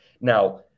now